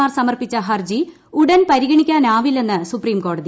മാർ സമർപ്പിച്ച ഹർജി ഉടൻ പരിഗണിക്കാനാവില്ലെന്ന് സ്വുപ്പ്രീംകോടതി